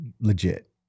legit